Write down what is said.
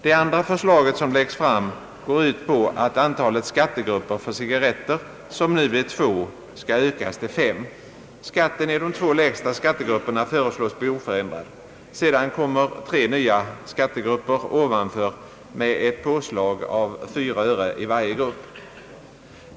Det andra förslaget går ut på att antalet skattegrupper för cigarretter, som nu är två, skall ökas till fem. Skatten i de två lägsta grupperna föreslås bli oförändrad. Sedan kommer tre nya skattegrupper ovanför med ett påslag av 4 öre i varje grupp.